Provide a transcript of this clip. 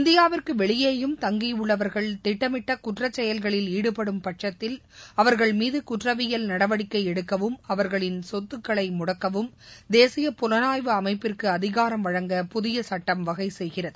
இந்தியாவிற்கு திட்டமிட்ட குற்றசெயல்களை ஈடுபடும் பட்சத்தில் அவர்கள் மீது குற்றவியல் நடவடிக்கை எடுக்கவும் அவர்களின் சொத்துகளை முடக்கவும் தேசிய புலனாய்வு அமைப்பிற்கு அதிகாரம் வழங்க புதிய சட்டம் வகை செய்கிறது